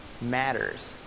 matters